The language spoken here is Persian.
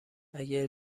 اگه